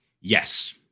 Yes